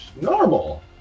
normal